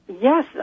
Yes